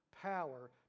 power